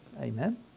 Amen